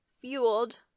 fueled